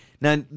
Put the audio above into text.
Now